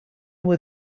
were